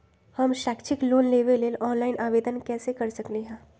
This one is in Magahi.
हम शैक्षिक लोन लेबे लेल ऑनलाइन आवेदन कैसे कर सकली ह?